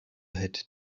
had